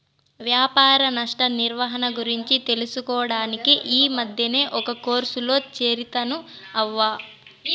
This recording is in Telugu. వ్యాపార నష్ట నిర్వహణ గురించి తెలుసుకోడానికి ఈ మద్దినే ఒక కోర్సులో చేరితిని అవ్వా